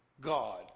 God